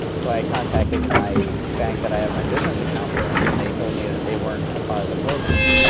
so i contacted my bank that i have my business account with, and they told me that they weren't a part of the program.